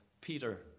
Peter